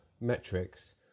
metrics